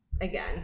again